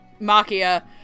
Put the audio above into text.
Makia